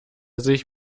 sich